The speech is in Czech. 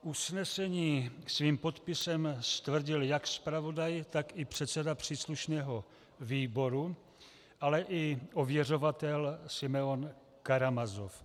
Usnesení svým podpisem stvrdil jak zpravodaj, tak i předseda příslušného výboru, ale i ověřovatel Simeon Karamazov.